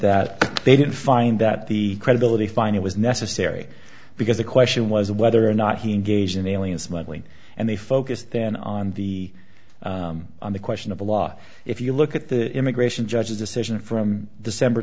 that they didn't find that the credibility fine it was necessary because the question was whether or not he engaged in alien smuggling and they focus then on the on the question of the law if you look at the immigration judge's decision from